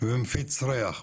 אנחנו לא מדברים על רפורמות